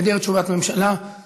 בהיעדר תשובת ממשלה,